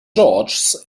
george’s